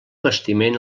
bastiment